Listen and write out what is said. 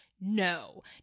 no